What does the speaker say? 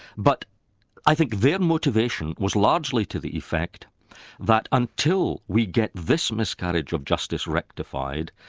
but i think their motivation was largely to the effect that until we get this miscarriage of justice rectified,